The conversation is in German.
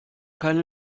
keine